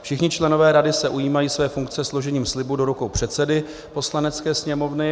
Všichni členové rady se ujímají své funkce složením slibu do rukou předsedy Poslanecké sněmovny.